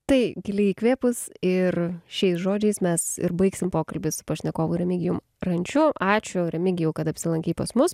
tai giliai įkvėpus ir šiais žodžiais mes ir baigsim pokalbį su pašnekovu remigijum rančiu ačiū remigijau kad apsilankei pas mus